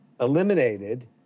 eliminated